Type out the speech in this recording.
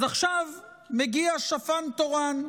עכשיו מגיע שפן תורן: